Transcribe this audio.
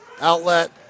Outlet